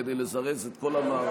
כדי לזרז את כל המערכות,